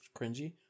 cringy